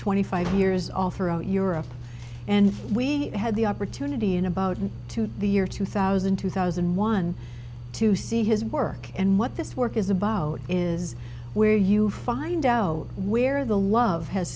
twenty five years all throughout europe and we had the opportunity in about to the year two thousand two thousand and one to see his work and what this work is about is where you find out where the love has